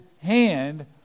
hand